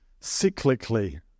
cyclically